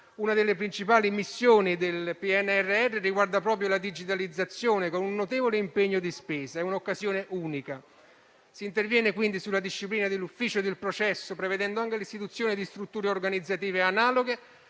Una delle principali missioni del PNRR riguarda proprio la digitalizzazione, con un notevole impegno di spesa: è un'occasione unica. Si interviene quindi sulla disciplina dell'Ufficio per il processo, prevedendo l'istituzione di strutture organizzative analoghe